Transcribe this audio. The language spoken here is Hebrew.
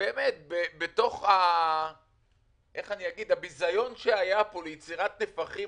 שבאמת בתוך הביזיון שהיה כאן ליצירת נפחים